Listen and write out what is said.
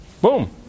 Boom